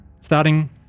Starting